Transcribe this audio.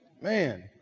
man